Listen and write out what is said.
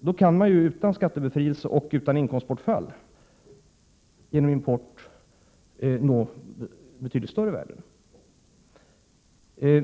då kan man utan skattebefrielse och utan inkomstbortfall genom import nå betydligt större värden.